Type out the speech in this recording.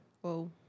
Whoa